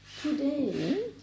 today